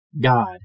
God